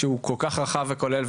שהוא כל כך רחב וכולל,